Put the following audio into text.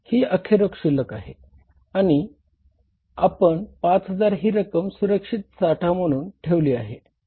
ही अखेर शिल्लक आहे